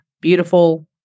beautiful